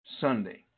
Sunday